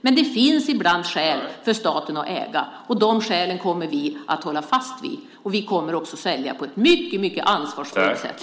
Men det finns ibland skäl för staten att äga, och de skälen kommer vi att hålla fast vid. Vi kommer också att sälja på ett mycket ansvarsfullt sätt.